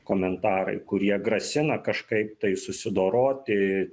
komentarai kurie grasina kažkaip tai susidoroti